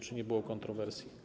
Czy nie było kontrowersji?